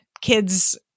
kids